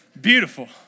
Beautiful